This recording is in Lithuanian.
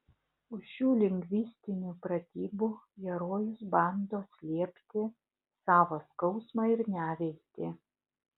už šių lingvistinių pratybų herojus bando slėpti savo skausmą ir neviltį